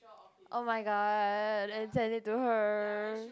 oh-my-god I send it to her